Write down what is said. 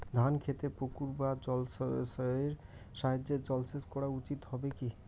ধান খেতে পুকুর বা জলাশয়ের সাহায্যে জলসেচ করা উচিৎ হবে কি?